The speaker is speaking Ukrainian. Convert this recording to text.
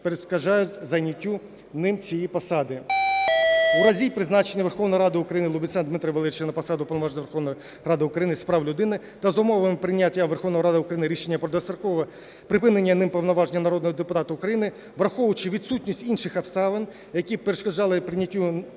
перешкоджають заняттю ним цієї посади. У разі призначення Верховної Ради України Лубінця Дмитра Валерійовича на посаду Уповноваженого Верховної Ради України з прав людини та за умови прийняття Верховною Радою України рішення про дострокове припинення ним повноваження народного депутата України, враховуючи відсутність інших обставин, які б перешкоджали прийняттю